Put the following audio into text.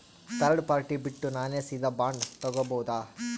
Third party ಬಿಟ್ಟು ನಾನೇ ಸೀದಾ ಬಾಂಡ್ ತೋಗೊಭೌದಾ?